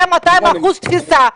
היה 200% תפיסה,